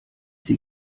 sie